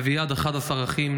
לאביעד 11 אחים.